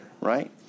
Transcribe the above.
right